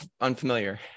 unfamiliar